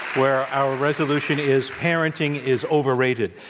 where our resolution is parenting is overrated.